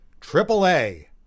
Triple-A